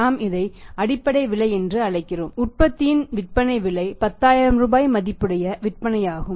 நாம் இதை அடிப்படை விலை என்று அழைக்கிறோம் என்றால் உற்பத்தியின் விற்பனை விலை 10000 ரூபாய் மதிப்புடைய விற்பனையாகும்